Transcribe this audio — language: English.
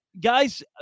Guys